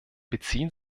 beziehen